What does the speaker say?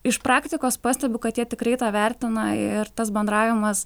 iš praktikos pastebiu kad jie tikrai tą vertina ir tas bendravimas